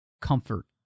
comfort